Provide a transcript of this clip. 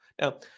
Now